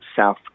South